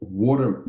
water